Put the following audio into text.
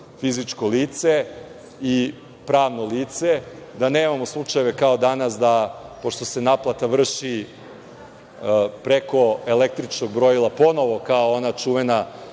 fizičko lice i pravno lice, da nemamo slučajeve kao danas, da pošto se naplata vrši preko električnog brojila, ponovo kao ona čuvena